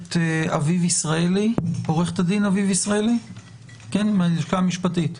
את עורכת הדין אביב ישראלי מהלשכה המשפטית,